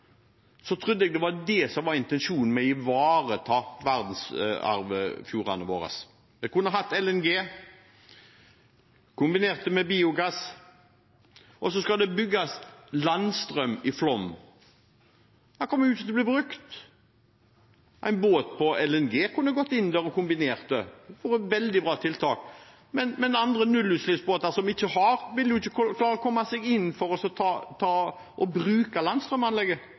jeg det var det som var intensjonen med å ivareta verdensarvfjordene våre. Vi kunne hatt LNG og kombinert det med biogass – men det skal bygges landstrøm i Flåm. Det kommer jo ikke til å bli brukt. En båt på LNG kunne gått inn der og kombinert det, det hadde vært et veldig bra tiltak, men andre nullutslippsbåter, som ikke kan det, vil ikke klare å komme seg inn for